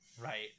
Right